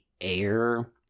air